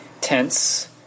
tense